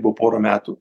buvo pora metų